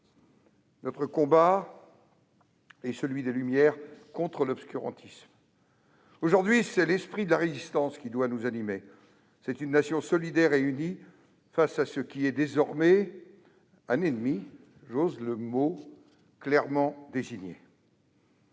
Notre combat est celui des Lumières contre l'obscurantisme. Aujourd'hui c'est l'esprit de la résistance qui doit nous animer ; c'est une nation solidaire et unie face à ce qui est désormais un ennemi- j'ose le mot -clairement désigné.